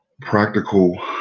practical